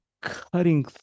cutting